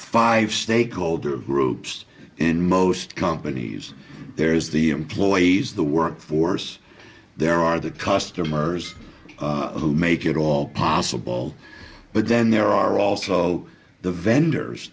five stakeholder groups in most companies there's the employees the workforce there are the customers who make it all possible but then there are also the vendors